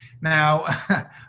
Now